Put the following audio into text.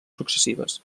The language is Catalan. successives